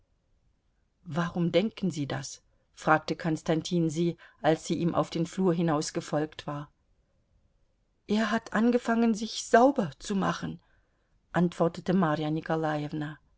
warum denken sie das fragte konstantin sie als sie ihm auf den flur hinaus gefolgt war er hat angefangen sich sauber zu machen antwortete